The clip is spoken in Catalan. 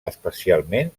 especialment